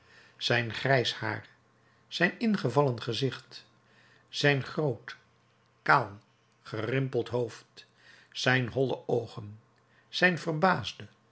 zijn grijs haar zijn ingevallen gezicht zijn groot kaal gerimpeld hoofd zijn holle oogen zijn verbaasde